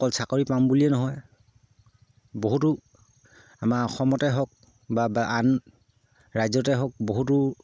অকল চাকৰি পাম বুলিয়ে নহয় বহুতো আমাৰ অসমতে হওক বা বা আন ৰাজ্যতে হওক বহুতো